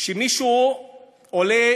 שמישהו עולה